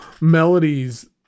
melodies